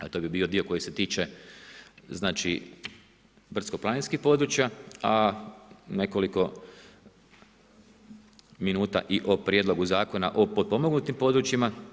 Evo to bi bio dio koji se tiče znači brdsko-planinskih područja a nekoliko minuta i o Prijedlogu zakona o potpomognutim područjima.